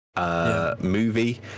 movie